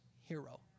hero